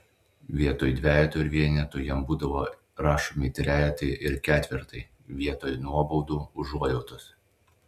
vietoj dvejetų ir vienetų jam būdavo rašomi trejetai ir ketvirtai vietoj nuobaudų užuojautos